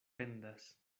pendas